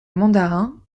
mandarin